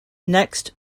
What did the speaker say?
next